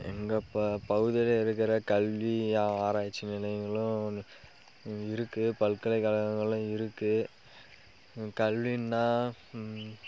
எங்கள் ப பகுதியில் இருக்கிற கல்வி ஆராய்ச்சி நிலையங்களும் இருக்குது பல்கலைக்கழகங்களும் இருக்குது கல்வின்னால்